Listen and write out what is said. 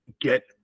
Get